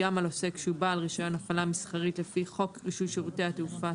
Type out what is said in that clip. גם על עוסק שהוא בעל רישיון הפעלה מסחרית לפי חוק רישוי שירותי התעופה,